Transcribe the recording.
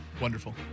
Wonderful